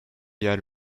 yer